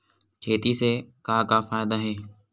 खेती से का का फ़ायदा हे?